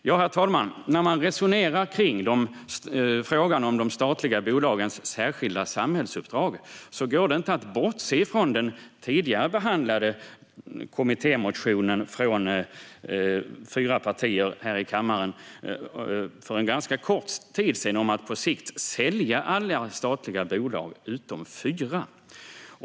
Herr talman! När man resonerar kring frågan om de statliga bolagens särskilda samhällsuppdrag går det inte bortse från den tidigare behandlade kommittémotionen från fyra partier här i kammaren för en ganska kort tid sedan om att på sikt sälja alla statliga bolag utom fyra.